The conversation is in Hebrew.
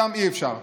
שם אי-אפשר.